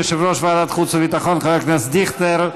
החוץ והביטחון חבר הכנסת דיכטר.